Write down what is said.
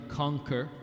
conquer